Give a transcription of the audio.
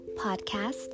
podcast